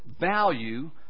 value